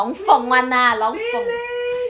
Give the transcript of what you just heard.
really really